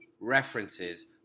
references